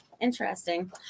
Interesting